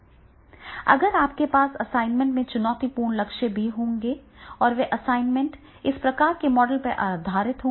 आपके पास असाइनमेंट में चुनौतीपूर्ण लक्ष्य भी होंगे और वे असाइनमेंट इस प्रकार के मॉडल पर आधारित होंगे